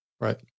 Right